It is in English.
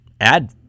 add